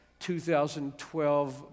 2012